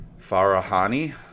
farahani